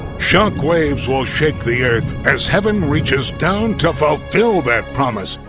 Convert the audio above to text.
shock waves will shake the earth as heaven reaches down to fulfill that promise.